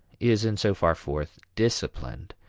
is in so far forth disciplined.